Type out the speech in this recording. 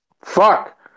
fuck